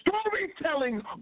storytelling